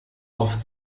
oft